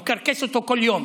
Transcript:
הוא מקרקס אותו כל יום.